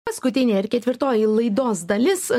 paskutinė ir ketvirtoji laidos dalis